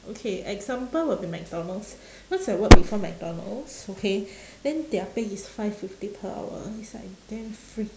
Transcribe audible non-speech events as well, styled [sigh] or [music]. okay example will be mcdonald's [breath] cause I work before mcdonald's okay [breath] then their pay is five fifty per hour it's like damn free